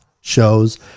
shows